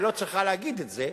היא לא צריכה להגיד את זה,